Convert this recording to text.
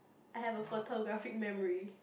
I have a photographic memory